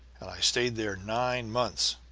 and i stayed there nine months.